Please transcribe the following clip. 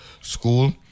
School